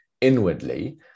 inwardly